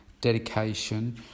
dedication